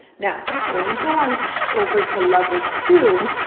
now, when we go on over to level two,